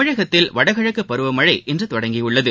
தமிழகத்தில் வடகிழக்குபருவமழை இன்றுதொடங்கியுள்ளது